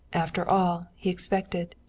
after all, he expected.